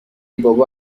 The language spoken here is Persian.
بابا